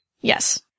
Yes